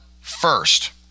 first